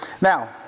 Now